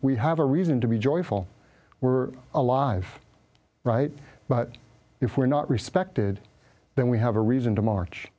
we have a reason to be joyful we're alive right if we're not respected then we have a reason to march